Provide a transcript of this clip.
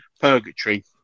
purgatory